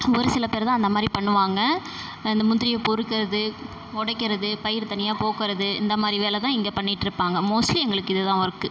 ஒருசில பேருதான் அந்தமாதிரி பண்ணுவாங்க இந்த முந்திரியை பொறுக்கிறது உடைக்கறது பயிர் தனியாக போக்குறது இந்தமாதிரி வேலைதா இங்கே பண்ணிட்ருப்பாங்க மோஸ்ட்லி எங்களுக்கு இதுதான் ஒர்க்கு